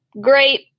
great